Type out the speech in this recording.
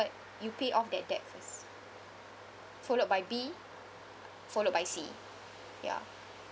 you pay off that debt first followed by B followed by C ya